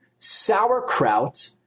Sauerkraut